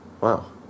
wow